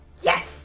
yes